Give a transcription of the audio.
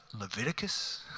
Leviticus